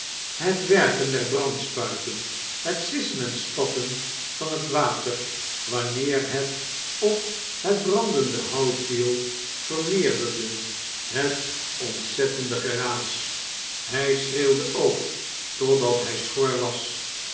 het werken der brandspuiten het sissen en spatten van het water wanneer het op het brandende hout viel vermeerderden het ontzettende geraas hij schreeuwde ook totdat hij schor was